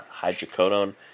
hydrocodone